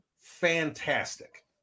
fantastic